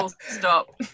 stop